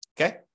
Okay